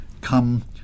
Come